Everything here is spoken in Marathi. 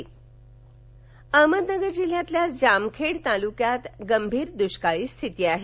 अहमदनगर अहमदनगर जिल्ह्यातील जामखेड तालुक्यात गंभीर दुष्काळी स्थिती आहे